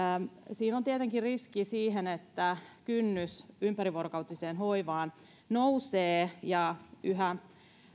siinä on tietenkin riski siihen että kynnys ympärivuorokautiseen hoivaan nousee ja yhä